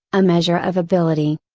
a measure of ability.